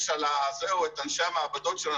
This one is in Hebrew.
יש את אנשי המעבדות שלנו,